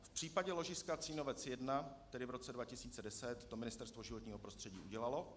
V případě ložiska Cínovec 1, tedy v roce 2010, to Ministerstvo životního prostředí udělalo.